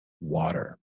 water